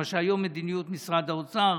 כשהיום מדיניות משרד האוצר,